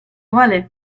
vale